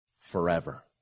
forever